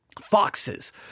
foxes